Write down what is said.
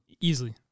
Easily